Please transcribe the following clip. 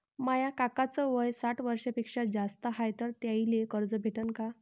माया काकाच वय साठ वर्षांपेक्षा जास्त हाय तर त्याइले कर्ज भेटन का?